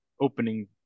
opening